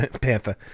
Panther